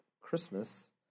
Christmas